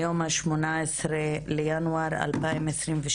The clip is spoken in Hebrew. היום ה-18 בינואר 2022,